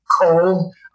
Cold